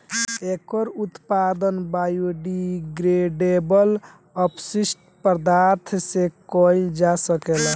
एकर उत्पादन बायोडिग्रेडेबल अपशिष्ट पदार्थ से कईल जा सकेला